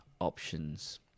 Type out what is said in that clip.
options